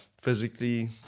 physically